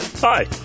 Hi